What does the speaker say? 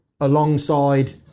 alongside